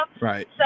Right